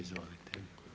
Izvolite.